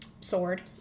sword